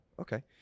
Okay